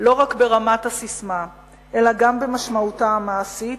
לא רק ברמת הססמה אלא גם במשמעותה המעשית,